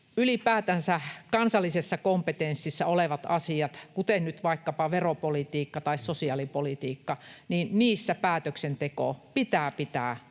ylipäätänsä kansallisessa kompetenssissa olevissa asioissa, kuten nyt vaikkapa veropolitiikka tai sosiaalipolitiikka, päätöksenteko pitää pitää